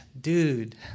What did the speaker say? dude